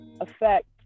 affect